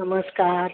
नमस्कार